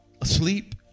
asleep